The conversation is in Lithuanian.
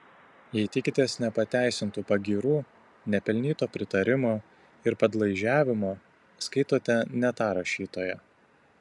jei tikitės nepateisintų pagyrų nepelnyto pritarimo ir padlaižiavimo skaitote ne tą rašytoją